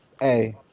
Hey